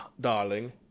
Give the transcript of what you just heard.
darling